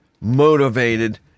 motivated